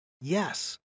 yes